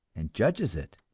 and judges it,